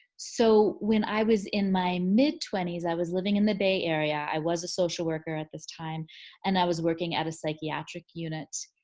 so when i was in my mid twenty s i was living in the bay area. i was a social worker at this time and i was working at a psychiatric unit.